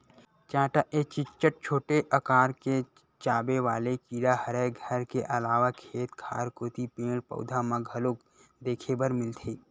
चाटा ए निच्चट छोटे अकार के चाबे वाले कीरा हरय घर के अलावा खेत खार कोती पेड़, पउधा म घलोक देखे बर मिलथे